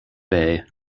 bay